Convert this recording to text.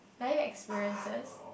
five experiences